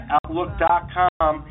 Outlook.com